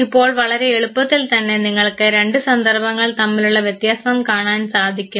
ഇപ്പോൾ വളരെ എളുപ്പത്തിൽ തന്നെ നിങ്ങൾക്ക് രണ്ട് സന്ദർഭങ്ങൾ തമ്മിലുള്ള വ്യത്യാസം കാണാൻ സാധിക്കും